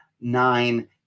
nine